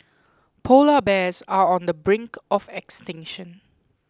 Polar Bears are on the brink of extinction